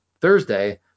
Thursday